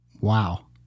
Wow